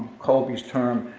colby's term,